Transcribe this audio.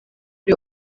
uyu